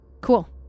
Cool